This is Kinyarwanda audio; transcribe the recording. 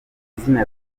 zina